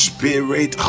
Spirit